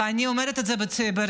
ואני אומרת את זה ברצינות.